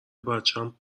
بچم